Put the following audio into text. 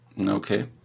Okay